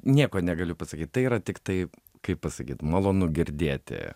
nieko negaliu pasakyt tai yra tiktai kaip pasakyt malonu girdėti